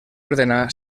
ordenà